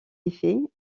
effet